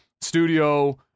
studio